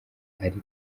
ari